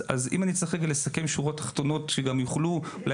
אז אם אני צריך לסכם שורות תחתונות שיוכלו אולי